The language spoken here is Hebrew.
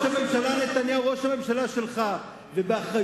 אז שזה לא יטרפד את היחסים עם ארצות-הברית.